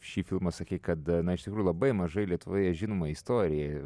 šį filmą sakei kad na iš tikrųjų labai mažai lietuvoje žinoma istorija